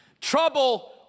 trouble